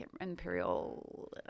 imperial